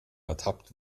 ertappt